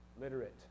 literate